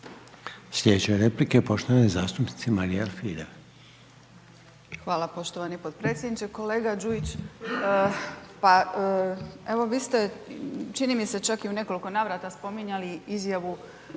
Sljedeća replika poštovane zastupnice Marije Alfirev. **Alfirev, Marija (SDP)** Hvala poštovani potpredsjedniče. Kolega Đujić, pa evo, vi ste čini mi se čak i u nekoliko navrata spominjali izjavu